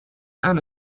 and